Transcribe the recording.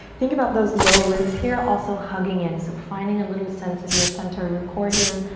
think about those low ribs here also hugging in, so finding a little sense of your center, your core here.